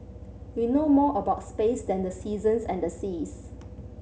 we know more about space than the seasons and the seas